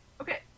Okay